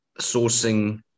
sourcing